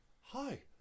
Hi